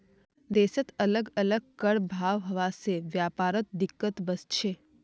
देशत अलग अलग कर भाव हवा से व्यापारत दिक्कत वस्छे